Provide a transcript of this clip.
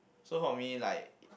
so for me like